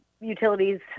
utilities